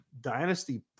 dynasty